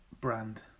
Brand